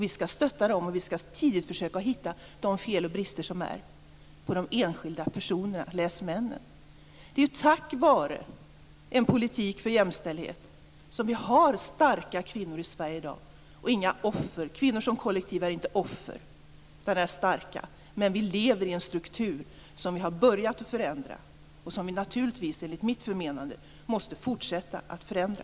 Vi skall stötta dem och vi skall tidigt försöka hitta felen och bristerna på de enskilda personerna - läs männen! Det är tack vare en politik för jämställdhet som vi har starka kvinnor i Sverige i dag och inga offer. Kvinnor som kollektiv är inte offer, de är starka. Men vi lever i en struktur som vi har börjat att förändra och som vi naturligtvis enligt mitt förmenande måste fortsätta att förändra.